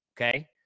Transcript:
okay